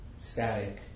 static